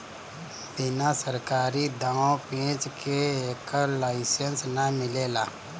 बिना सरकारी दाँव पेंच के एकर लाइसेंस ना मिलेला